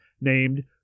named